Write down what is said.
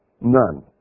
None